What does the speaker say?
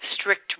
strict